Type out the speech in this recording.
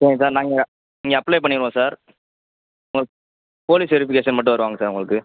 சரிங்க சார் நாங்கள் இங்கே இங்கே அப்ளை பண்ணிருவோம் சார் உங்களுக்கு போலீஸ் வெரிஃபிகேஷன் மட்டும் வருவாங்க சார் உங்களுக்கு